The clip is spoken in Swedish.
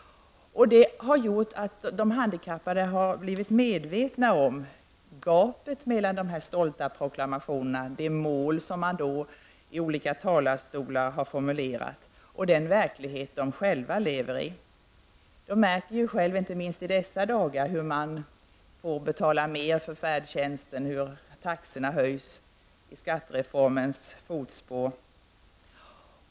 Det har gjort att de handikappade har blivit medvetna om gapet mellan dessa stolta proklamationer -- de mål som man har formulerat från olika talarstolar -- och den verklighet som de själva lever i. Jag märker själv, inte minst i dessa dagar, att man får betala mer för färdtjänsten och att taxorna höjs i skattereformens fotspår.